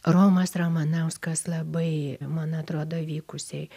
romas ramanauskas labai man atrodo vykusiai